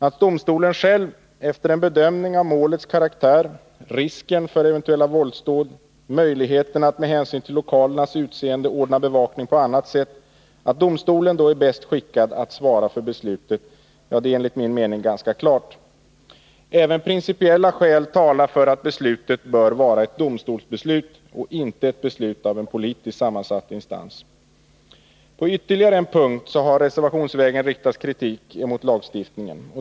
Att domstolen själv, efter en bedömning av målets karaktär, risken för våldsdåd och möjligheterna att med hänsyn till lokalernas utseende ordna bevakning på annat sätt, är bäst skickad att svara för beslutet, är enligt min mening ganska klart. Även principiella skäl talar för att beslutet bör vara ett domstolsbeslut och inte ett beslut av en politiskt sammansatt instans. På ytterligare en punkt har reservationsvägen riktats kritik mot lagstiftningen.